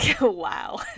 Wow